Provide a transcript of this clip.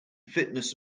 fitness